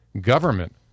Government